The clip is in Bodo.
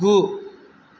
गु